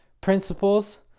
principles